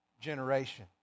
generation